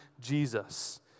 Jesus